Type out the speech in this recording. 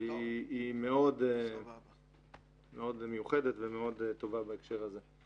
והיא מאוד מיוחדת ומאוד טובה בהקשר הזה.